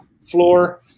floor